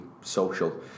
social